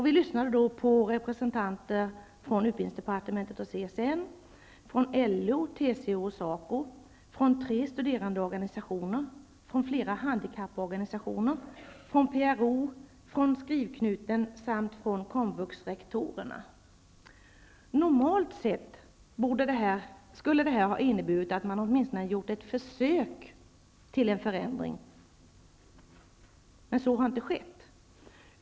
Vi lyssnade då på representanter från utbildningsdepartementet, CSN, LO, TCO, Normalt sett skulle detta ha inneburit att man åtminstone hade gjort ett försök till en förändring. Men så har inte skett.